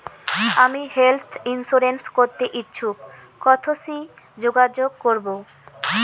আমি health insurance করতে ইচ্ছুক কথসি যোগাযোগ করবো?